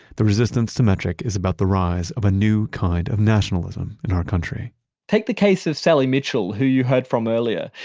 the resistance to metric is about the rise of a new kind of nationalism in our country take the case of sally mitchell, who you heard from earlier.